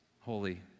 holy